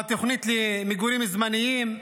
והתוכנית למגורים זמניים,